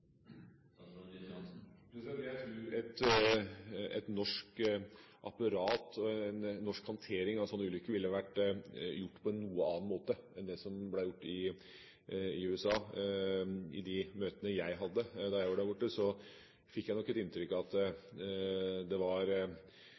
Jeg tror at et norsk apparat, en norsk håndtering av en sånn ulykke ville ha gjort det på en noe annen måte enn det som ble gjort i USA. I de møtene jeg hadde da jeg var der borte, fikk jeg nok et inntrykk av at